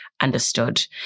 Understood